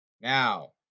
Now